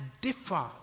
differ